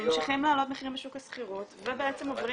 הם ממשיכים להעלות מחירים בשוק השכירות ובעצם עוברים